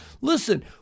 Listen